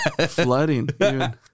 Flooding